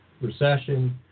recession